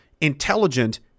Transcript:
intelligent